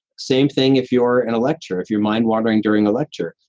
same thing if you're in a lecture, if you're mind-wandering during a lecture,